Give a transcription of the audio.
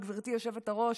גברתי היושבת-ראש,